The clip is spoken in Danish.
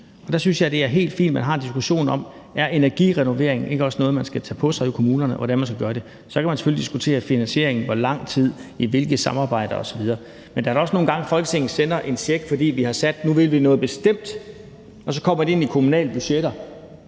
Der synes jeg, det er helt fint, at man har diskussionen om, om energirenovering ikke også er noget, man skal tage på sig i kommunerne, og hvordan man skal gøre det. Så kan man selvfølgelig diskutere finansieringen, i hvor lang tid og i hvilke samarbejder osv. Men der er da også nogle gange, Folketinget sender en check, fordi vi har sagt, at nu vil vi noget bestemt, og så kommer pengene ind i de kommunale budgetter,